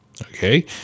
Okay